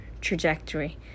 trajectory